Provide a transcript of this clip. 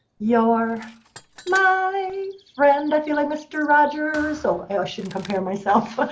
you're my friend. i feel like mr. rogers. oh, i ah shouldn't compare myself.